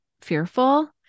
fearful